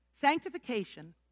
Sanctification